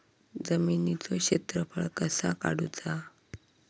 जमिनीचो क्षेत्रफळ कसा काढुचा?